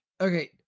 Okay